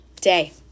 day